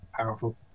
powerful